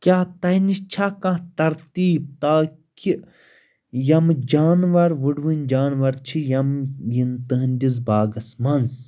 کیٛاہ تۄہہِ نِش چھا کانٛہہ ترتیٖب تاکہِ یِمہٕ جاناوار وُڈوٕنۍ جانور چھِ یَم یِن تُہنٛدِس باغس منٛز